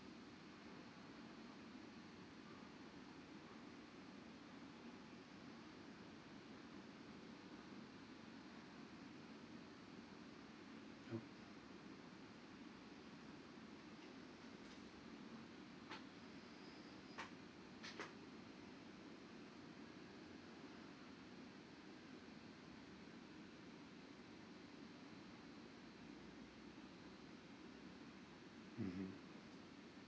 oh mmhmm